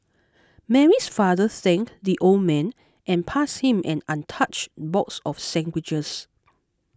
Mary's father thanked the old man and passed him an untouched box of sandwiches